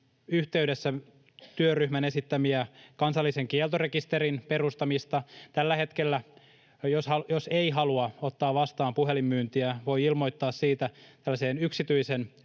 yhteydessä työryhmän esittämää kansallisen kieltorekisterin perustamista. Tällä hetkellä jos ei halua ottaa vastaan puhelinmyyntiä, voi ilmoittaa siitä tällaiseen